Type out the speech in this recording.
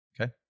Okay